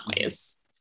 ways